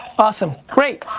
awesome. great.